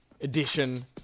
edition